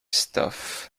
stuff